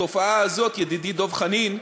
התופעה הזאת, ידידי דב חנין,